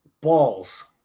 balls